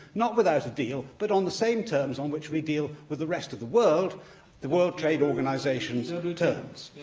not without a deal, but on the same terms on which we deal with the rest of the world the world trade organization's ah terms.